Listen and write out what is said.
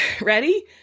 Ready